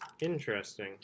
Interesting